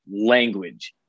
language